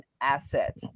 asset